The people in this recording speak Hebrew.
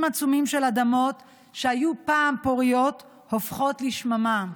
עצומים של אדמות שהיו פעם פוריות הופכות לשממה.